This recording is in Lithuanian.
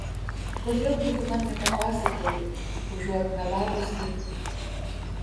kodėl gi tu man nepapasakoji užuot melavusi